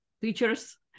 teachers